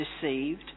deceived